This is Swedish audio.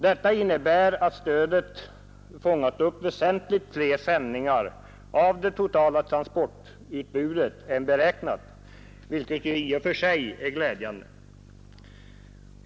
Detta innebär att stödet fångat upp väsentligt fler sändningar av det totala transportutbudet än beräknat, vilket i och för sig är glädjande.